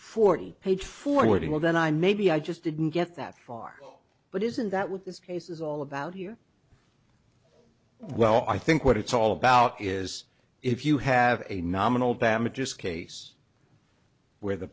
forty page forty well then i maybe i just didn't get that far but isn't that what this case is all about here well i think what it's all about is if you have a nominal damages case where the